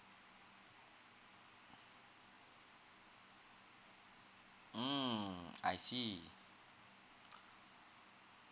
mm I see